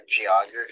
geography